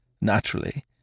Naturally